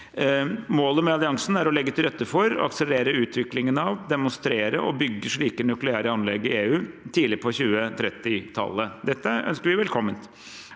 Målet med alliansen er å legge til rette for, akselerere utviklingen av, demonstrere og bygge slike nukleære anlegg i EU tidlig på 2030-tallet. Dette ønsker vi velkommen.